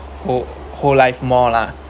whole whole life more lah